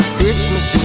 Christmas